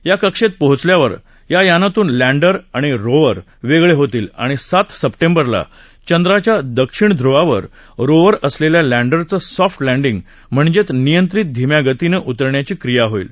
या कक्षेत पोहोचल्यावर या यानातून लँडर आणि रोव्हर वेगळे होतील आणि सात सप्टेंबरला चंद्राच्या दक्षिण ध्रवावर रोव्हर असलेल्या लँडरचं सॉफ्ट लँडिंग म्हणजे नियंत्रित धीम्या गतीनं उतरण्याची क्रिया होईल